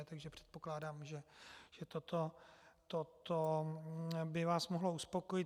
Takže předpokládám, že toto by vás mohlo uspokojit.